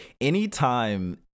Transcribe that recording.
anytime